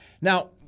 Now